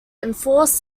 enforced